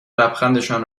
لبخندشان